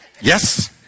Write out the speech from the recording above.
yes